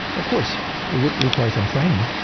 of course it would require some training,